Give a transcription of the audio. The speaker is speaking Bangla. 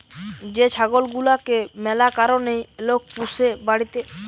যে ছাগল গুলাকে ম্যালা কারণে লোক পুষে বাড়িতে